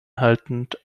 haltend